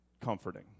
comforting